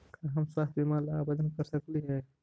का हम स्वास्थ्य बीमा ला आवेदन कर सकली हे?